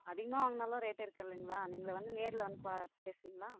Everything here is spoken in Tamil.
அதிகமாக வாங்கினாலும் ரேட் இருக்குது இல்லைங்களா நீங்கள் வந்து நேரில் வந்து பேசுகிறீங்களா